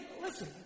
listen